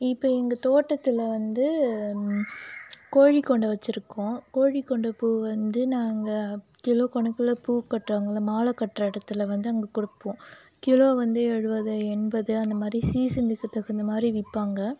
இப்போ எங்கள் தோட்டத்தில் வந்து கோழிக்கொண்டை வச்சுருக்கோம் கோழிக்கொண்டை பூவை வந்து நாங்கள் கிலோ கணக்கில் பூக்கட்டுறாங்கள்ல மாலை கட்டுற இடத்துல வந்து அங்கே கொடுப்போம் கிலோ வந்து எழுபது எண்பது அந்த மாதிரி சீசனுக்குத் தகுந்த மாதிரி விற்பாங்க